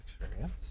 experience